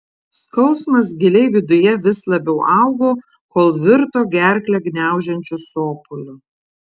skausmas giliai viduje vis labiau augo kol virto gerklę gniaužiančiu sopuliu